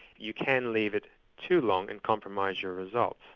you can leave it too long and compromise your results,